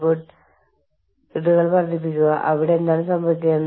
ഇന്ത്യയിൽ കൈക്കൂലി അംഗീകരിക്കുന്നില്ല പക്ഷേ അത് സംഭവിക്കുന്നു